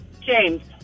James